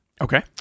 Okay